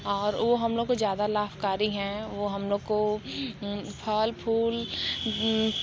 और वो हम लोगों को ज़्यादा लाभकारी हैं वो हम लोगों को फल फूल